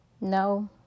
no